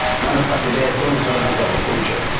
matter of fact, today i still don't consider myself a preacher.